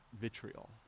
vitriol